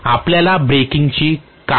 आपल्याकडे ब्रेकिंगची काही पद्धत का असावी